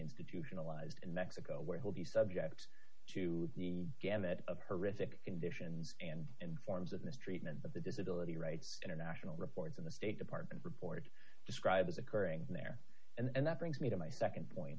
institutionalized in mexico where he will be subject to the gamut of her isak conditions and and forms of mistreatment of the disability rights international reports on the state department report describes occurring there and that brings me to my nd point